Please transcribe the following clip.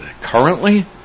Currently